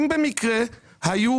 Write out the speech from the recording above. אם במקרה היו,